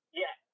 yes